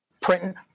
Printing